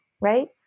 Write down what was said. right